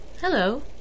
Hello